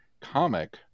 comic